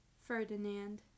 Ferdinand